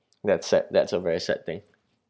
that's sad that's a very sad thing